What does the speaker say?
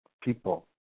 people